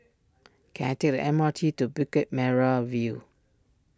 can I take the M R T to Bukit Merah View